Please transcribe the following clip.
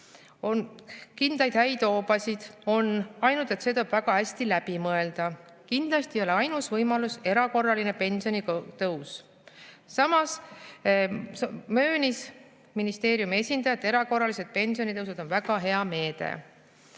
Kindlasti on häid hoobasid, ainult et see tuleb väga hästi läbi mõelda. Kindlasti ei ole ainus võimalus erakorraline pensionitõus. Samas möönis ministeeriumi esindaja, et erakorralised pensionitõusud on väga hea